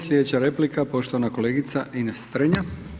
Slijedeća replika poštovana kolegica Ines Strenja.